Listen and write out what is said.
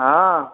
हँ